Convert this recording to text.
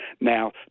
now